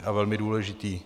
A velmi důležitý.